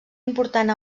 important